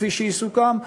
כפי שיסוכם,